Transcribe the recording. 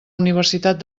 universitat